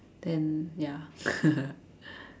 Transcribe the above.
then ya